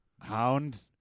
hound